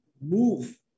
move